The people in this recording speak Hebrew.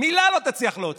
מילה לא תצליח להוציא.